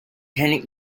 tenant